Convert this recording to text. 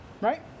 right